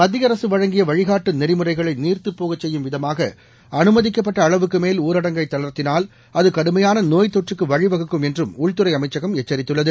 மத்தியஅரசுவழங்கியவழிகாட்டுநெறிமுறைகளைநீர்த்துப்போகச்செய்யும் விதமாக அனுமதிக்கப்பட்டஅளவுக்குமேல்ஊரடங்கைத்தளர்த்தினால்அதுகடுமையானநோ ய்த்தொற்றுக்குவழிவகுக்கும்என்றும்உள்துறைஅமைச்சகம்எச்சரித்துள்ளது